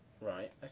Right